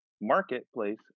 marketplace